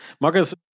Marcus